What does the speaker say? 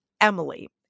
Emily